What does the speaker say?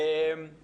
בוקר טוב לכולם.